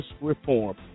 reform